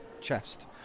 chest